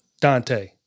Dante